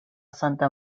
santa